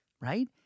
Right